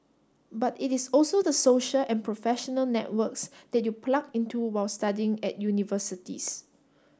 but it is also the social and professional networks that you plug into while studying at universities